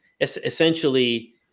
essentially